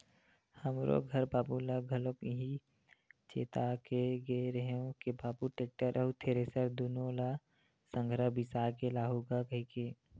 हमरो घर बाबू ल घलोक इहीं चेता के गे रेहे हंव के बाबू टेक्टर अउ थेरेसर दुनो ल संघरा बिसा के लाहूँ गा कहिके